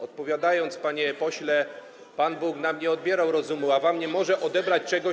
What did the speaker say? Odpowiadając, panie pośle: Pan Bóg nam nie odbierał rozumu, a wam nie może odebrać czegoś.